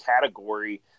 category